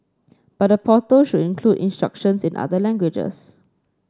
but the portal should include instructions in other languages